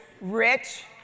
Rich